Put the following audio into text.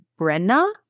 Brenna